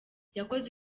yakoze